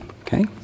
Okay